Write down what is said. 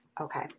Okay